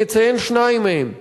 אני אציין שניים מהם.